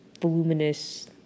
voluminous